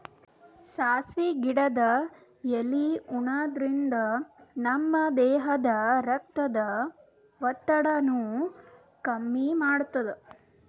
ಸಾಸ್ವಿ ಗಿಡದ್ ಎಲಿ ಉಣಾದ್ರಿನ್ದ ನಮ್ ದೇಹದ್ದ್ ರಕ್ತದ್ ಒತ್ತಡಾನು ಕಮ್ಮಿ ಮಾಡ್ತದ್